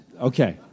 Okay